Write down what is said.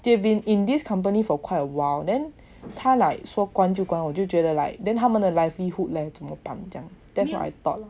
they've been in this company for quite a while then 他 like 说关就关我就觉得 like then 他们的 livelihood leh 怎么办 leh thats what I thought